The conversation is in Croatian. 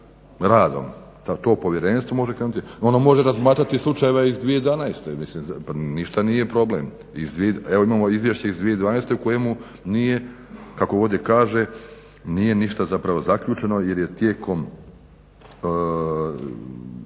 može krenuti, ono može razmatrati slučajeve iz 2011., ništa nije problem. Evo imamo izvješće iz 2012.u kojemu nije kako ovdje kaže, nije ništa zapravo zaključeno jer je tijekom